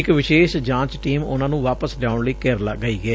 ਇਕ ਵਿਸ਼ੇਸ਼ ਜਾਚ ਟੀਮ ਉਨੂਾ ਨੂੰ ਵਾਪਸ ਲਿਆਉਣ ਲਈ ਕੇਰਲਾ ਗਈ ਏ